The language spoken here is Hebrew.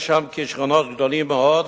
יש שם כשרונות גדולים מאוד,